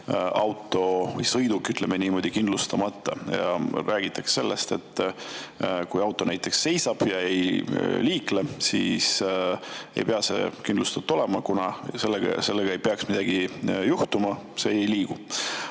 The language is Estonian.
auto või sõiduk, ütleme niimoodi, aasta kindlustamata. Räägitakse sellest, et kui auto näiteks seisab ja ei liikle, siis ei pea see kindlustatud olema, kuna sellega ei peaks midagi juhtuma, sest see ei liigu.